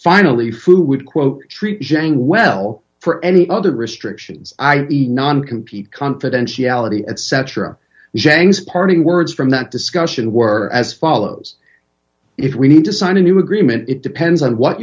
finally food quote treat jane well for any other restrictions i e non competing confidentiality etc the janks parting words from that discussion were as follows if we need to sign a new agreement it depends on what